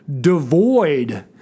devoid